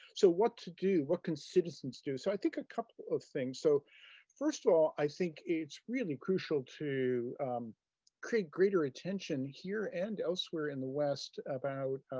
so what to do? what can citizens do? so i think a couple of things. so first of all, i think it's really crucial to create greater attention here and elsewhere in the west about